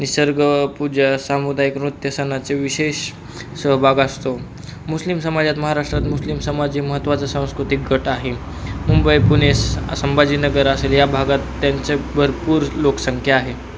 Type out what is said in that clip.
निसर्गपूजा सामुदायिक नृत्य सणाचे विशेष सहभाग असतो मुस्लिम समाजात महाराष्ट्रात मुस्लिम समाज हे महत्त्वाचं सांस्कृतिक गट आहे मुंबई पुणे संभाजीनगर असेल या भागात त्यांचे भरपूर लोकसंख्या आहे